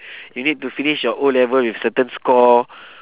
you need to finish your O-level with certain score